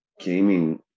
gaming